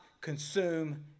consume